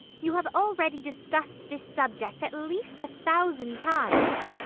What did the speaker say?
you have already discussed this subject at least a thousand times!